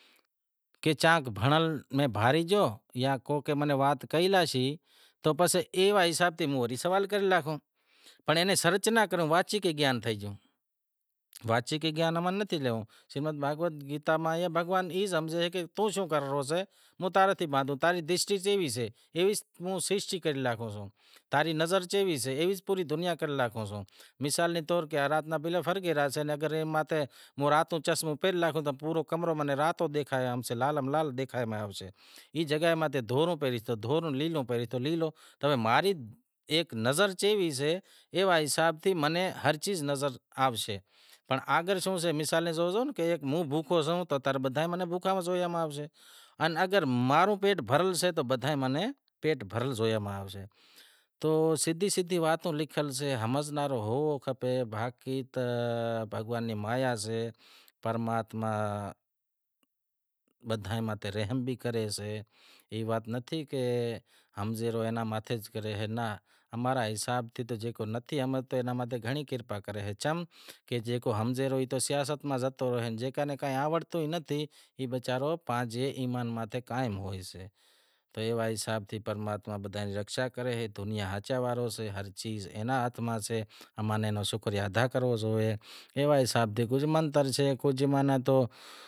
کہ چاں بھنڑل میں بھانڑی گیو یا کو کہے مناں وات کہی لاشے تو ایوا حساب سیں امیں سوال کرے راکھوں پر انیں سرچ نا کروں واچک گیاں تھی گیو، ماں ری نظر جیوی سے ایوے حساب سیں امیں ہر چیز ایوی نظر آوسے، اگر ہوں بوکھو سوں تو بدہا ئی موں نیں بوکھا نظر آسیں اگر ماں رو پیٹ بھریل ہوشے تو موں نیں بدہا ئی پیٹ بھریل نظر آشیں، تو سدہی سدہی واتیں لکھیل سے ہمز ہونڑ کھپے باقی تو بھگوان ری مایا سے پرماتما بدہاں متھے رحم بھی کرسے، ای وات نتھی کہ جو ہمزے اینا متھے کرے ناں ہمزے ایئاں ماتھے ناں کرے، امارے حساب سیں جیکو نتھی ہمزتو اوئے ماتھے گھنڑی کرپا کرے، چم کہ جیکو ہمزتو اے او سیاست میں زاوتو رہے باقی زکو ہمزتو نتھی او وچارو پانجے ایمان ماتھے قائم ہوئیسے ایوا حساب سیں پرماتما بدہاں ری رکشا کرے ہر چیز اونے ہاتھ میں سے امیں اوئے رو شکر ادا کرنڑو سے